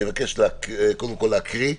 אני מבקש קודם כל להקריא.